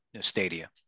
Stadia